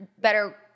better